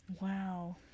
wow